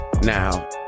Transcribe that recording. Now